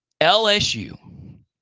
LSU